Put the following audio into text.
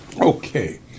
Okay